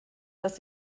dass